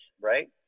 right